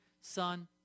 Son